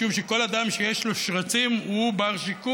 משום שכל אדם שיש לו שרצים הוא בר-שיקום,